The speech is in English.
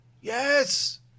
Yes